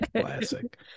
Classic